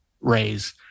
raise